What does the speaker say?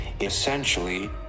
Essentially